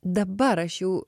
dabar aš jau